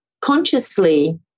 consciously